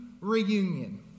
reunion